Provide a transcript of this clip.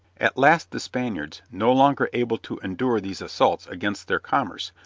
at last the spaniards, no longer able to endure these assaults against their commerce,